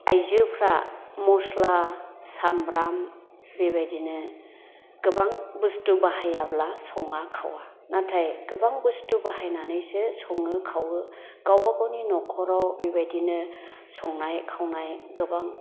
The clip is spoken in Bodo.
आयजोफ्रा मस्ला सामब्राम बेबायदिनो गोबां बुस्थु बाहायाब्ला सङा खावा नाथाय गोबां बुस्थु बाहायनानैसो सङो खावो गावबागावनि नखराव बेबायदिनो संनाय खावनाय गोबां